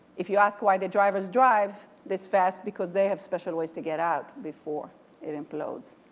if you ask why the drivers drive this fast, because they have special ways to get out before it implodes.